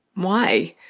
why?